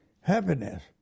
Happiness